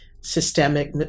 systemic